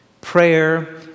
Prayer